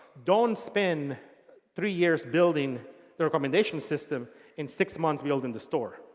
don't spend three years building the recommendation system and six months building the store.